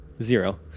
Zero